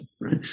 right